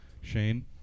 Shane